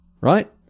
right